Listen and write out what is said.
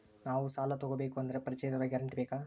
ನಾವು ಸಾಲ ತೋಗಬೇಕು ಅಂದರೆ ಪರಿಚಯದವರ ಗ್ಯಾರಂಟಿ ಬೇಕಾ?